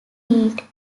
meant